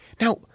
Now